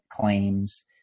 claims